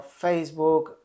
Facebook